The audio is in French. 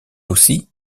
aussi